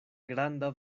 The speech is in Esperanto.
granda